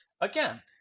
again